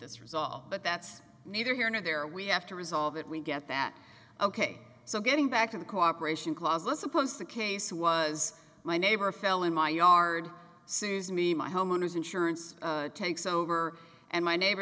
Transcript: this resolved but that's neither here nor there we have to resolve it we get that ok so getting back to the cooperation clause let's suppose the case was my neighbor fell in my yard sues me my homeowners insurance takes over and my neighbor